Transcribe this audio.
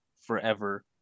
forever